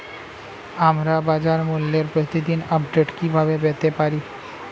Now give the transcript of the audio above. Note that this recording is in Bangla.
আমরা বাজারমূল্যের প্রতিদিন আপডেট কিভাবে পেতে পারি?